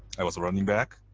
i was running back.